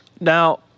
Now